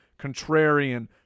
contrarian